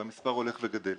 והמספר הולך וגדל.